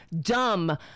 dumb